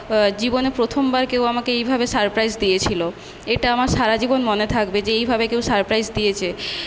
জীবনে প্রথমবার কেউ আমাকে এইভাবে সারপ্রাইস দিয়েছিল এটা আমার সারাজীবন মনে থাকবে যে এইভাবে কেউ সারপ্রাইস দিয়েছে